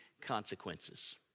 consequences